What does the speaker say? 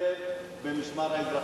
מתנדב במשמר האזרחי,